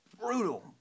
brutal